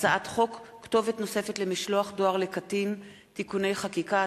הצעת חוק כתובת נוספת למשלוח דואר לקטין (תיקוני חקיקה),